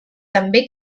també